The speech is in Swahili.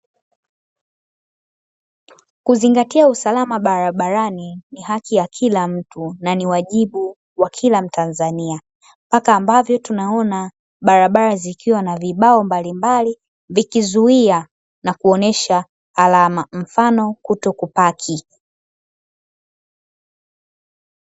Kuzingatia usalama barabarani ni haki ya kila mtu na ni wajibu wakila mtanzania, kama ambavyo tunaona barabara zikiwa na vibao mbalimbali vikizuia na kuonyesha alama, mfano kutokupaki.